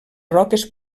roques